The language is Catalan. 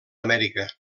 amèrica